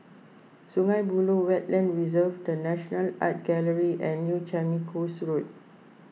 Sungei Buloh Wetland Reserve the National Art Gallery and New Changi Coast Road